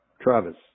Travis